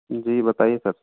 जी बताइए सर